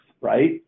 right